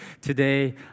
today